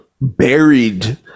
buried